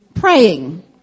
Praying